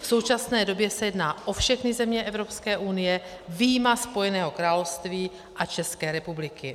V současné době se jedná o všechny země Evropské unie, vyjma Spojeného království a České republiky.